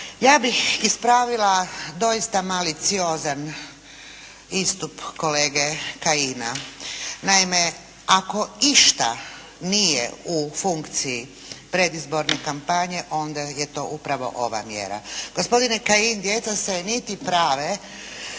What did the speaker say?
ja bih ispravila doista maliciozan istup kolege Kajina. Naime, ako išta nije u funkciji predizborne kampanje onda je to upravo ova mjere. Gospodine Kajin djeca se niti prave